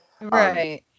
right